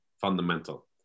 fundamental